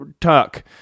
Tuck